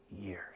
years